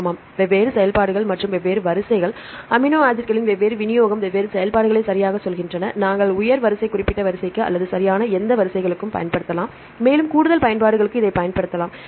ஆமாம் வெவ்வேறு செயல்பாடுகள் மற்றும் வெவ்வேறு வரிசைகள் அமினோ ஆசிட்களின் வெவ்வேறு விநியோகம் வெவ்வேறு செயல்பாடுகளைச் சரியாகச் சொல்கின்றன நாங்கள் உயர் வரிசை குறிப்பிட்ட வரிசைக்கு அல்லது சரியான எந்த வரிசைகளுக்கும் பயன்படுத்தலாம் மேலும் கூடுதல் பயன்பாடுகளுக்கு இதைப் பயன்படுத்தலாம்